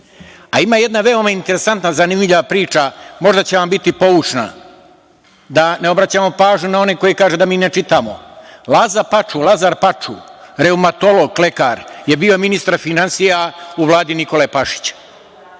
jedna veoma interesantna, zanimljiva priča, možda će vam biti poučna. Da ne obraćamo pažnju na one koji kažu da mi ne čitamo. Lazar Paču, reumatolog, lekar, je bio ministar finansija u Vladi Nikole Pašića.